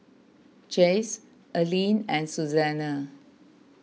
Chaz Allyn and Susanna